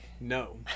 No